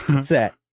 Set